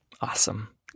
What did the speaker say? awesome